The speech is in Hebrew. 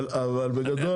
אבל תדע,